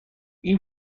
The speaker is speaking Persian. این